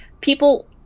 people